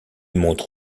montre